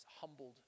humbled